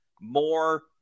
more